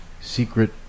secret